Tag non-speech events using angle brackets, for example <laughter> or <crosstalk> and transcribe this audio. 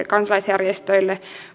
<unintelligible> kansalaisjärjestöille